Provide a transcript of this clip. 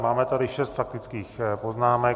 Máme tady šest faktických poznámek.